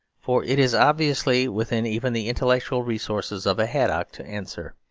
for it is obviously within even the intellectual resources of a haddock to answer,